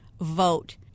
vote